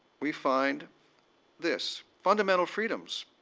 we find this, fundamental freedoms.